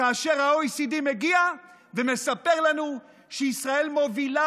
כאשר ה-OECD מגיע ומספר לנו שישראל מובילה